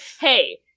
Hey